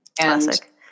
Classic